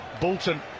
Bolton